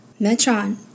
Metron